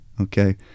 okay